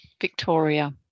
Victoria